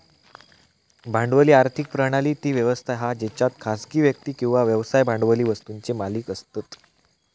भांडवली आर्थिक प्रणाली ती व्यवस्था हा जेच्यात खासगी व्यक्ती किंवा व्यवसाय भांडवली वस्तुंचे मालिक असतत